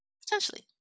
potentially